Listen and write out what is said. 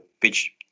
pitch